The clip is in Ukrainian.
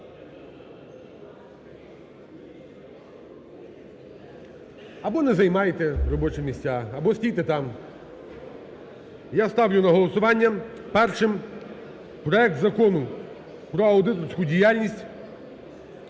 Або не займайте робочі місця, або стійте там. Я ставлю на голосування першим проект Закону про аудиторську діяльність